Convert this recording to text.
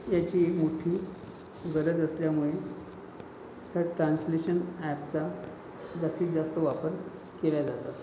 याची एक मोठी गरज असल्यामुळे या ट्रान्सलेशन ॲपचा जास्तीतजास्त वापर केल्या जातो